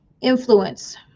influence